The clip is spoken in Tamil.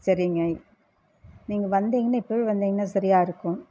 சரிங்க நீங்கள் வந்தீங்கனா இப்பவே வந்தீங்கனா சரியாக இருக்கும்